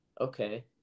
Okay